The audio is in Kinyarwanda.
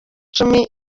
cumi